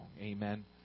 Amen